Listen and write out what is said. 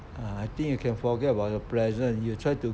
ah I think you can forget about the present you try to